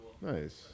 Nice